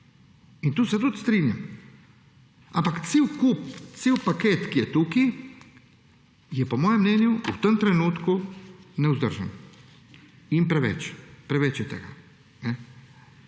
Tukaj se tudi strinjam, ampak cel kup, cel paket, ki je tukaj, je po mojem mnenju v tem trenutku nevzdržen in preveč je tega.